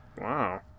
wow